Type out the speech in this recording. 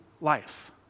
life